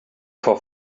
for